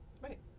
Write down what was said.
Right